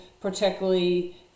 particularly